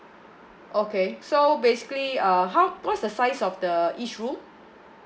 okay so basically uh how what's the size of the each room